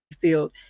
field